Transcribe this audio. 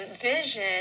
vision